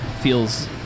feels